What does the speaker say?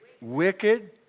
wicked